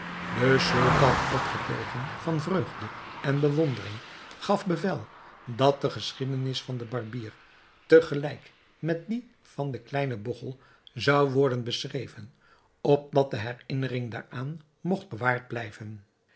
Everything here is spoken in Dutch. de sultan opgetogen van vreugde en bewondering gaf bevel dat de geschiedenis van den barbier te gelijk met die van den kleinen bogchel zou worden beschreven opdat de herinnering daaraan mogt bewaard blijven